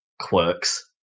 quirks